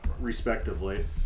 respectively